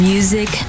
Music